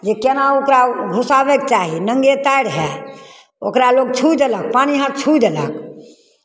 जे केना ओकरा घुसाबयके चाही नंगे तार हइ ओकरा लोक छुइ देलक पानि हाथ छुइ देलक